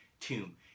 tomb